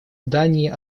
дании